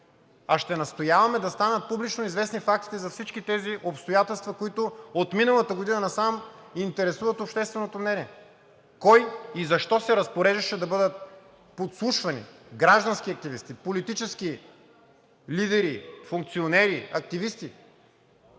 а ще настояваме да станат публично известни фактите за всички тези обстоятелства, които от миналата година насам интересуват общественото мнение – кой и защо се разпореждаше да бъдат подслушвани граждански активисти, политически лидери, функционери, активисти?